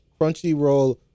Crunchyroll